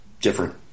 different